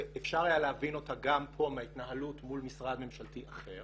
ואפשר היה להבין אותה גם פה מההתנהלות מול משרד ממשלתי אחר